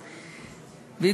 פולברייט.